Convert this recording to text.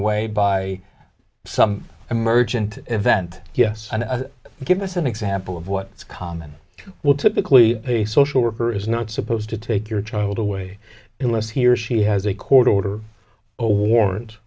by some emergent event yes give us an example of what is common will typically a social worker is not supposed to take your child away unless he or she has a court order a warrant